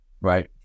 Right